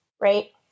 Right